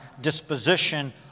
disposition